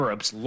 EUROPE'S